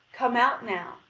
come out now,